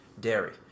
dairy